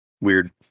Weird